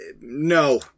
no